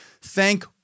Thank